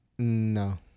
No